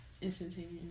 instantaneous